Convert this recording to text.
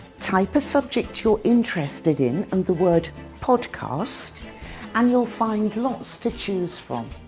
type a subject you're interested in and the word podcast and you'll find lots to choose from.